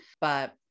but-